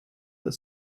that